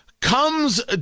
comes